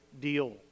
deal